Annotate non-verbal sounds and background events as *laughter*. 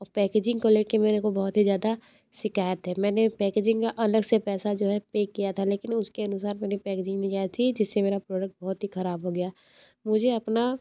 और पैकेजिंग को लेकर मेरे को बहुत ही ज़्यादा शिकायत है मैंने पैकेजिंग का अलग से पैसा जो है पे किया था लेकिन उसके अनुसार मेरी पैकेजिंग *unintelligible* थी जिससे मेरा प्रोडक्ट बहुत ही ख़राब हो गया मुझे अपना